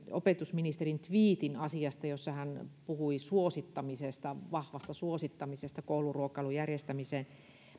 opetusministerin tviitin jossa hän puhui suosittamisesta vahvasta suosittamisesta kouluruokailun järjestämiseen